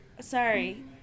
Sorry